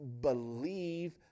believe